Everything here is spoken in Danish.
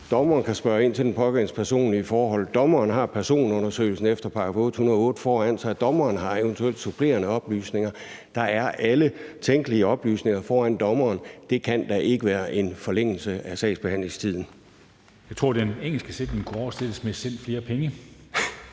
Dommeren kan spørge ind til den pågældendes personlige forhold. Dommeren har personundersøgelsen efter § 808 foran sig. Dommeren har eventuelt supplerende oplysninger. Der er alle tænkelige oplysninger foran dommeren – det kan da ikke være en forlængelse af sagsbehandlingstiden. Kl. 15:36 Formanden (Henrik Dam Kristensen): Jeg